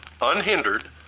unhindered